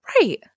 Right